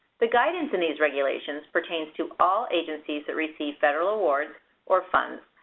the guidance in these regulations pertains to all agencies that receive federal awards or funds,